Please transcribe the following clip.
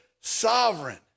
sovereign